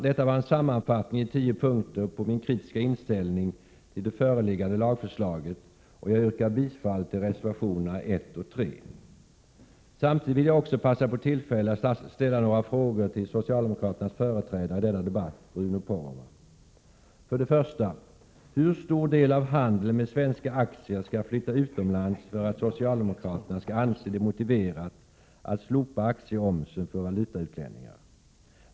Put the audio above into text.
Detta var en sammanfattning i 10 punkter av min kritiska inställning till det föreliggande lagförslaget, och jag yrkar bifall till reservationerna 1 och 3. Samtidigt vill jag också passa på tillfället att ställa några frågor till socialdemokraternas företrädare i denna debatt, Bruno Poromaa. 1. Hur stor del av handeln med svenska aktier skall flytta utomlands för att socialdemokraterna skall anse det motiverat att slopa aktieomsen för valutautlänningar?